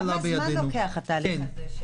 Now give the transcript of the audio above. כמה זמן לוקח התהליך הזה?